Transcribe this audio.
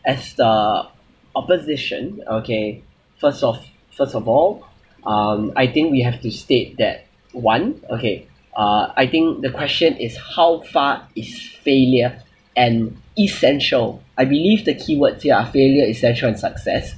as the opposition okay first of first of all um I think we have to state that one okay uh I think the question is how far is failure an essential I believe the keywords here are failure essential and success